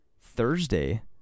Thursday